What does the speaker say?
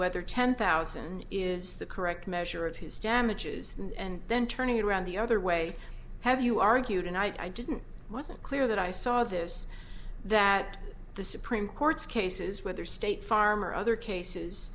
whether ten thousand is the correct measure of his damages and then turning it around the other way have you argued and i didn't wasn't clear that i saw this that the supreme court's cases whether state farm or other